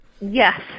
Yes